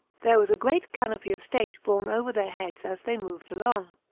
there was a great canopy of state borne over their heads as they moved along.